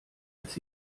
als